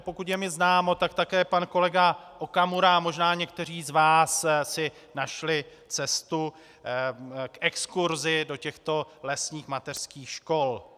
Pokud je mi známo, tak také pan kolega Okamura a možná někteří z vás si našli cestu k exkurzi do těchto lesních mateřských škol.